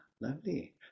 lovely